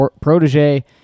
protege